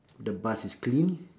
the bus is clean